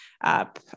up